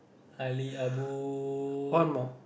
Ali Abu